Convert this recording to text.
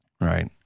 right